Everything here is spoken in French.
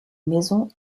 maisons